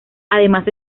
además